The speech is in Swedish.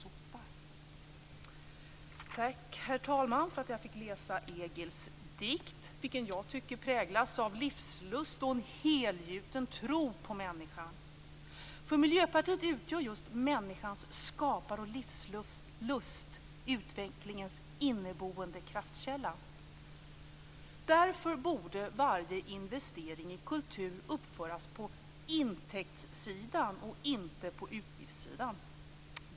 Tack, herr talman, för att jag fick läsa upp Egil Malmstens dikt, vilken jag tycker präglas av livslust och en helgjuten tro på människan. För Miljöpartiet utgör just människans skapar och livslust utvecklingens inneboende kraftkälla. Därför borde varje investering i kultur uppföras på intäktssidan och inte på utgiftssidan.